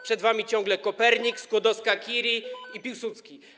Przed wami ciągle Kopernik, Skłodowska-Curie i Piłsudski.